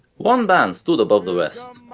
one band stood above the rest.